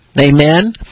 amen